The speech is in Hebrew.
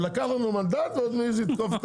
הוא לקח לנו מנדט ועוד מעז לתקוף את